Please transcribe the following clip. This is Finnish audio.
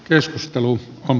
keskustelu on